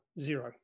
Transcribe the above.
zero